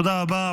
תודה רבה.